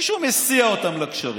מישהו מסיע אותם לגשרים.